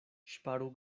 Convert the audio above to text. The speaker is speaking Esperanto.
ŝparu